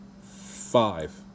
five